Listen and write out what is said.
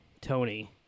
Tony